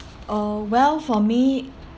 uh well for me